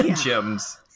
gems